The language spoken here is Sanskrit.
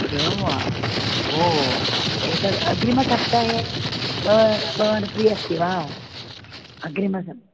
एवं वा ओ एक अग्रिमसप्ताहे भवान् फ्री अस्ति वा अग्रिमसप्